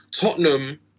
Tottenham